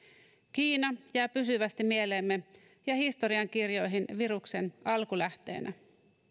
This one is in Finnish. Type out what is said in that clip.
kiina jää pysyvästi mieleemme ja historiankirjoihin viruksen alkulähteenä